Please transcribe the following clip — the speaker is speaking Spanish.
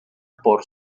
por